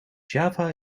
java